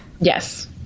Yes